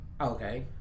Okay